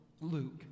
Luke